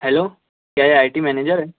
hello کیا یہ I T manager ہے